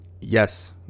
Yes